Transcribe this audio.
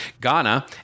Ghana